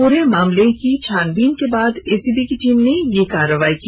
पूरे मामले की छानबीन करने के बाद एसीबी की टीम ने यह कार्रवाई की